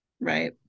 right